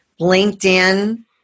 linkedin